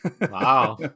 Wow